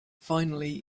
finally